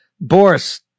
Boris